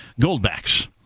Goldbacks